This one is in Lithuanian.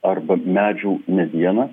arba medžių medieną